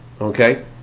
okay